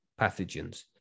pathogens